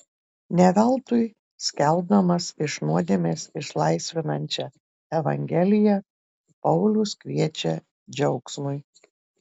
ne veltui skelbdamas iš nuodėmės išlaisvinančią evangeliją paulius kviečia džiaugsmui